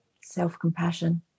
Self-compassion